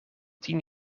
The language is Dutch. tien